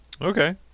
Okay